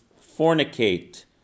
fornicate